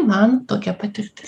man tokia patirtis